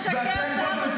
אתה פשוט משקר פעם אחר פעם.